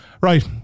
Right